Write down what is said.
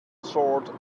soared